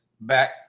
back